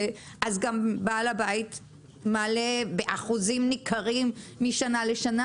אז גם בעל הבית מעלה באחוזים ניכרים משנה לשנה,